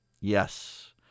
Yes